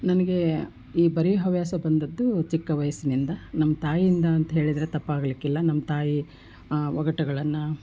ನನಗೆ ಈ ಬರೆಯುವ ಹವ್ಯಾಸ ಬಂದದ್ದು ಚಿಕ್ಕ ವಯಸ್ಸಿನಿಂದ ನಮ್ಮ ತಾಯಿಯಿಂದ ಅಂಥೇಳಿದ್ರೆ ತಪ್ಪಾಗಲಿಕ್ಕಿಲ್ಲ ನಮ್ಮ ತಾಯಿ ಒಗಟುಗಳನ್ನು